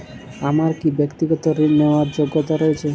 আমার কী ব্যাক্তিগত ঋণ নেওয়ার যোগ্যতা রয়েছে?